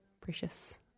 precious